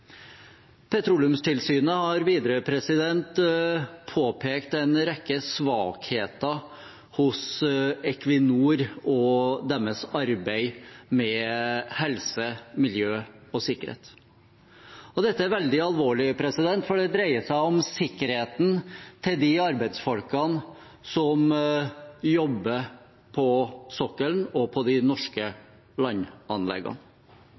Petroleumstilsynet har videre påpekt en rekke svakheter hos Equinor og deres arbeid med helse, miljø og sikkerhet. Dette er veldig alvorlig, for det dreier seg om sikkerheten til de arbeidsfolkene som jobber på sokkelen og på de norske landanleggene.